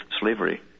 slavery